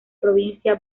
provincia